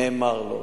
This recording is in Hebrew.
נאמר לו,